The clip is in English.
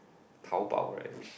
Taobao right